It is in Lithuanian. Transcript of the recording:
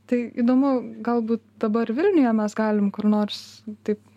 tai įdomu galbūt dabar vilniuje mes galim kur nors taip